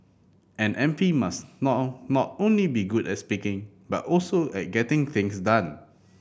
an M P must now now not only be good at speaking but also at getting things done